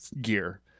gear